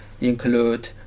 include